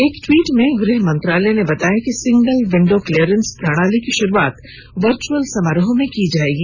एक ट्वीट में गृह मंत्रालय ने बताया कि सिंगल विंडो क्लीयरेंस प्रणाली की शुरुआत वर्चुअल समारोह में की जाएगी